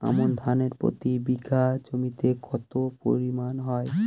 আমন ধান প্রতি বিঘা জমিতে কতো পরিমাণ হয়?